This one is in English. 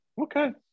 Okay